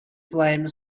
blamed